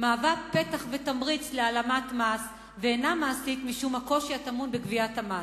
מהווה פתח ותמריץ להעלמת מס ואינה מעשית משום הקושי הטמון בגביית המס.